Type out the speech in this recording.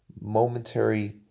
momentary